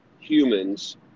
humans